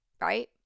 right